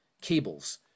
cables